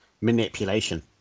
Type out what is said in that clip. manipulation